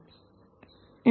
yt0